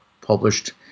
published